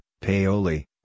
Paoli